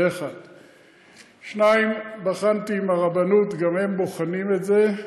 זה, 1. 2. בחנתי עם הרבנות, גם הם בוחנים את זה.